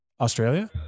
Australia